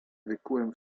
wykułem